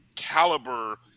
caliber